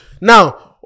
now